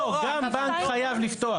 לא, גם בנק חייב לפתוח.